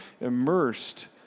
immersed